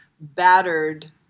battered